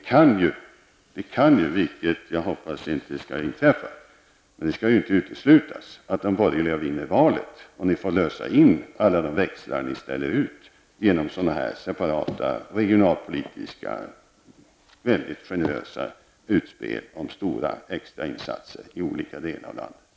Jag hoppas att det inte skall inträffa, men det kan ju inte uteslutas att de borgerliga vinner valet och ni får lösa in alla de växlar som ni ställer ut genom separata, väldigt generösa regionalpolitiska utspel om stora extra insatser i olika delar av landet.